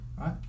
right